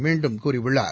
மீண்டும் கூறியுள்ளார்